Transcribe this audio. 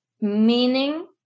meaning